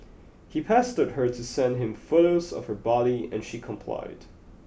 he pestered her to send him photos of her body and she complied